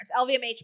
LVMH